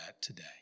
today